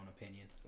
opinion